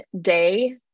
day